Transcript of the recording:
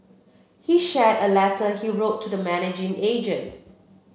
he shared a letter he wrote to the managing agent